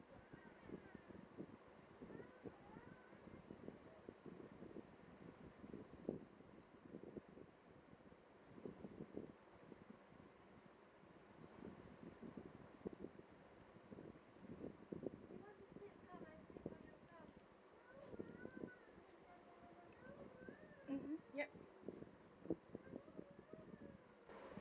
mmhmm yup